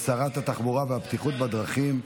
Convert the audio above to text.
לשרת התחבורה והבטיחות בדרכים,